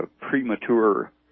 premature